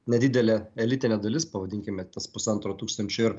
nedidelė elitinė dalis pavadinkime tas pusantro tūkstančio ir